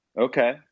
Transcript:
Okay